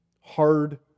Hard